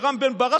רם בן ברק,